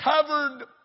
covered